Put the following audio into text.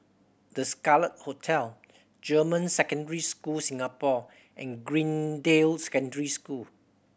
The Scarlet Hotel German Secondary School Singapore and Greendale Secondary School